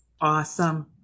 Awesome